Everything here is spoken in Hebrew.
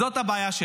זאת הבעיה שלי.